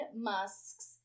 Musk's